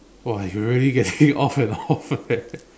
!wah! you really get me off and off eh